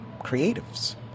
creatives